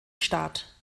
staat